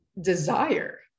desire